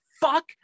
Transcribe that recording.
fuck